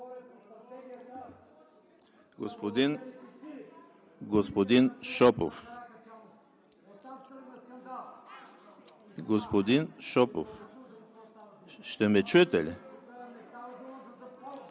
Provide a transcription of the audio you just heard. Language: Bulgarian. Господин Шопов, ще ме чуете ли?!